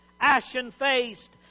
ashen-faced